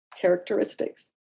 characteristics